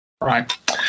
Right